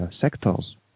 sectors